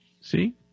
See